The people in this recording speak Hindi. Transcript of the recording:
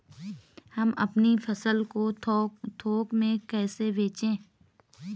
हम अपनी फसल को थोक में कैसे बेचें?